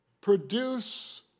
produce